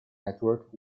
network